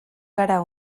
gara